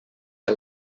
que